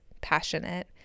passionate